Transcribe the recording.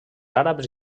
àrabs